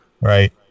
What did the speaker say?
Right